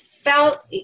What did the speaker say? felt